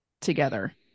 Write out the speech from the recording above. together